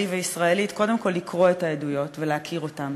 וישראלית קודם כול לקרוא את העדויות ולהכיר אותן,